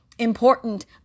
important